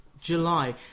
July